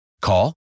Call